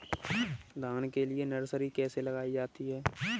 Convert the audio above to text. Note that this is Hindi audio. धान के लिए नर्सरी कैसे लगाई जाती है?